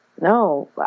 no